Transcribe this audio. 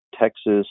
Texas